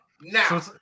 Now